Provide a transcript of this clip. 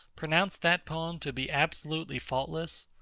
pronounce that poem to be absolutely faultless,